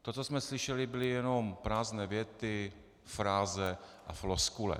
To, co jsme slyšeli, byly jenom prázdné věty, fráze a floskule.